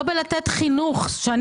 בוודאי לא במתן חינוך.